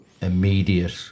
immediate